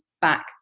back